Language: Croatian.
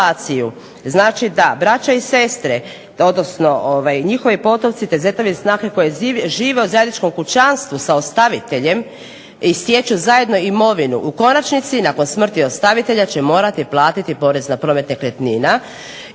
da braća i sestre, odnosno njihovi potomci, te zetovi i snahe koji žive u zajedničkom kućanstvu sa ostaviteljem i stječu zajedno imovinu, u konačnici nakon smrti ostavitelja će morati platiti poreza na promet nekretnina.